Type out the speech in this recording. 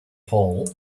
paul